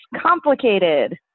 Complicated